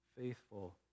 faithful